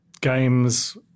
games